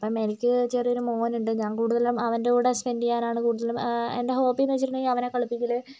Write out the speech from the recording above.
അപ്പം എനിക്ക് ചെറിയൊരു മോനുണ്ട് ഞാൻ കൂടുതലും അവൻ്റെ കൂടെ സ്പെൻഡെയ്യാനാണ് കൂടുതലും എൻ്റെ ഹോബീയെന്ന് വെച്ചിട്ടുണ്ടെങ്കിൽ അവനെ കളിപ്പിക്കല്